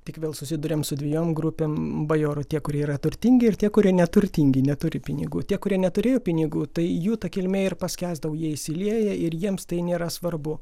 tik vėl susiduriam su dviem grupėm bajorų tie kurie yra turtingi ir tie kurie neturtingi neturi pinigų tie kurie neturėjo pinigų tai jų ta kilmė ir paskęsdavo jie įsilieja ir jiems tai nėra svarbu